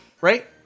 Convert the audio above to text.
Right